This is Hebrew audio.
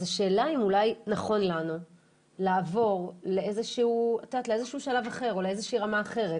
אז השאלה אם אולי נכון לנו לעבור לאיזשהו שלב אחר או לאיזושהי רמה אחרת.